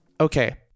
okay